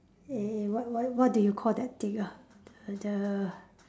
eh what what what do you call that thing ah the the